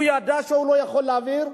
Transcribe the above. הוא ידע שהוא לא יכול להעביר,